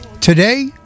Today